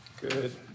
Good